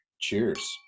Cheers